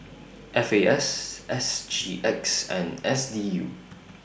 F A S S G X and S D U